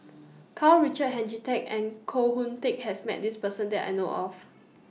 Karl Richard Hanitsch and Koh Hoon Teck has Met This Person that I know of